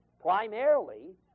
primarily